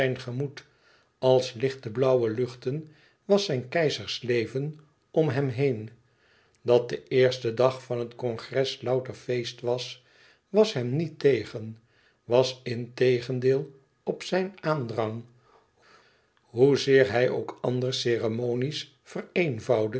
gemoed als lichte blauwe luchten was zijn keizersleven om hem heen dat de eerste dag van het congres louter feest was was hem niet tegen was integendeel op zijn aandrang hoezeer hij ook anders ceremonie's